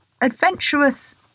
adventurous